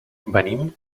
venim